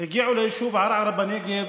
ליישוב ערערה בנגב